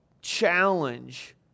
challenge